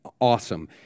awesome